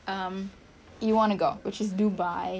um you want to go which is dubai